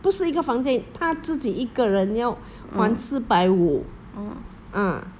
不是一个房间他自己一个人要还四百五 ah